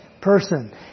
person